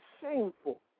shameful